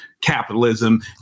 capitalism